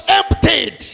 emptied